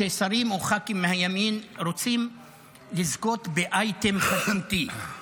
ששרים או ח"כים מהימין רוצים לזכות באייטם תקשורתי.